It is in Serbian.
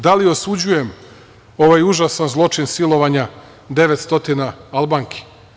Da li osuđujem ovaj užasan zločin silovanja 900 Albanki?